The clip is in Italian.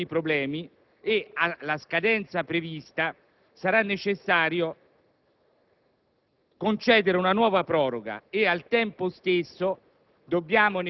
a risolvere i problemi e alla scadenza prevista sarà necessario concedere una nuova proroga e al tempo stesso